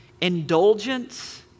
indulgence